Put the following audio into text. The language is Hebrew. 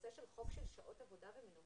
בנושא של חוק של שעות עבודה ומנוחה,